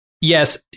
yes